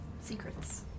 Secrets